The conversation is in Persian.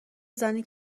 زنی